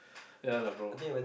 ya lah bro